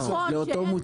נכון שאין.